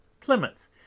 Plymouth